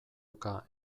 oka